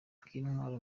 bw’intwaro